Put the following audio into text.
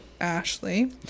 ashley